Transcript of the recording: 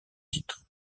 titre